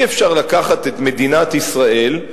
אי-אפשר לקחת את מדינת ישראל,